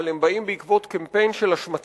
אבל הם באים בעקבות קמפיין של השמצה,